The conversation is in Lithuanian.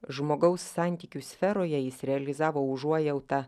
žmogaus santykių sferoje jis realizavo užuojautą